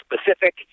specific